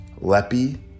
Lepi